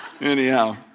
Anyhow